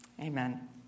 Amen